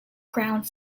ground